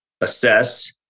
assess